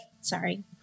sorry